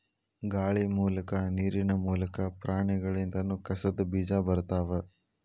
ಗಾಳಿ ಮೂಲಕಾ ನೇರಿನ ಮೂಲಕಾ, ಪ್ರಾಣಿಗಳಿಂದನು ಕಸದ ಬೇಜಾ ಬರತಾವ